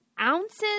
ounces